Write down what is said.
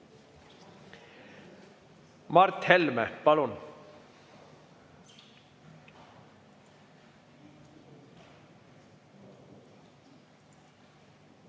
Mart Helme, palun!